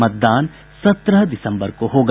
मतदान सत्रह दिसम्बर को होगा